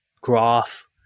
graph